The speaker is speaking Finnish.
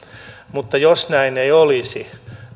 mutta jos näin ei olisi